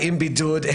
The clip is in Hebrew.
אם בידוד,